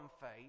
faith